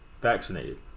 vaccinated